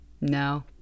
no